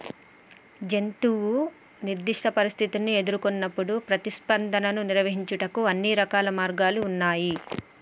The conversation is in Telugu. జంతువు నిర్దిష్ట పరిస్థితుల్ని ఎదురుకొన్నప్పుడు ప్రతిస్పందనను నిర్వహించుటకు అన్ని రకాల మార్గాలు ఉన్నాయి